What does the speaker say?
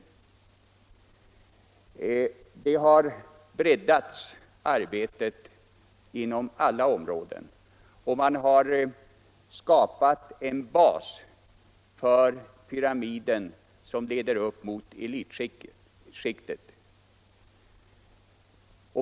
Arbetet har breddats inom alla områden, och man har skapat en bas för pyramiden som leder upp mot elitskiktet.